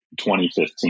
2015